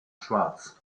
schwarz